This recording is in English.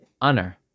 honor